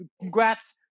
congrats